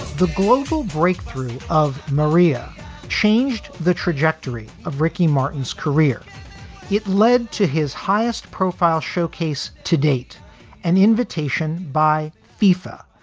the global breakthrough of maria changed the trajectory of ricky martin's career it led to his highest profile showcase to date an invitation by fifa,